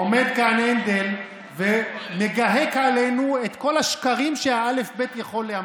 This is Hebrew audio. עומד כאן הנדל ומגהק עלינו את כל השקרים שהאל"ף-בי"ת יכול להמציא.